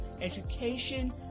education